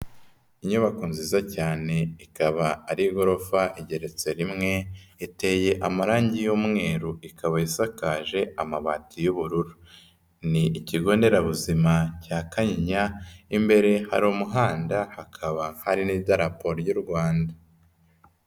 Inyubako nziza cyane ikaba ari igorofa igeretse rimwe, iteye amarangi y'umweru, ikaba isakaje amabati y'ubururu. Ni ikigo nderabuzima cya Kanyinya, imbere hari umuhanda hakaba hari n'idarapo ry'u Rwanda.